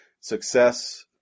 success